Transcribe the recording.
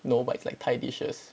no but it's like thai dishes